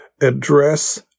address